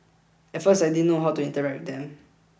at first I didn't know how to interact with them